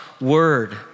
word